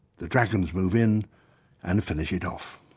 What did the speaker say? the dragons move in and finish it off.